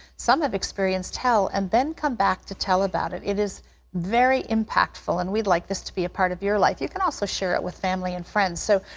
some have experienced hell and then come back to tell about it. it is very impactful, and we'd like this to be a part of your life. you can also share it with family and friends. so,